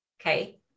Okay